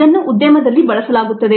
ಇದನ್ನು ಉದ್ಯಮದಲ್ಲಿ ಬಳಸಲಾಗುತ್ತದೆ